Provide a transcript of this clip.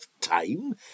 time